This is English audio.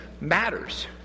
matters